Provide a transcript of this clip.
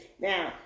Now